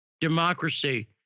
democracy